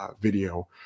video